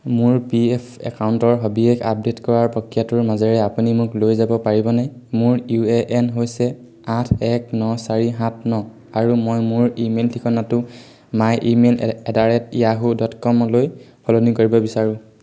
মোৰ P F একাউণ্টৰ সবিশেষ আপডে'ট কৰাৰ প্ৰক্ৰিয়াটোৰ মাজেৰে আপুনি মোক লৈ যাব পাৰিবনে মোৰ ইউ এ এন হৈছে আঠ এক ন চাৰি সাত ন আৰু মই মোৰ ইমেইল ঠিকনাটো my email at the rate Yahoo dot কমলৈ সলনি কৰিব বিচাৰোঁ